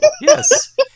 Yes